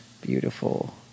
beautiful